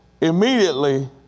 immediately